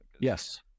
Yes